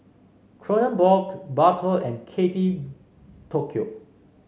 Kronenbourg Bardot and Kate Tokyo